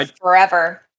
forever